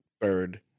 bird